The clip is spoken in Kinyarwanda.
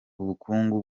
ubukungu